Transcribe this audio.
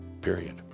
period